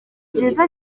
byiza